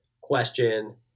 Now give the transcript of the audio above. question